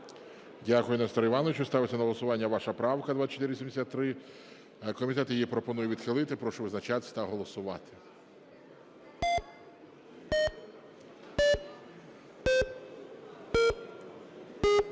Дякую, Несторе Івановичу. Ставиться на голосування ваша правка 2473. Комітет її пропонує відхилити. Прошу визначатись та голосувати.